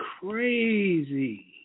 crazy